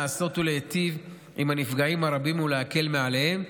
לעשות ולהיטיב עם הנפגעים הרבים ולהקל מעליהם.